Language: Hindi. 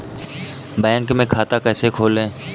बैंक में खाता कैसे खोलें?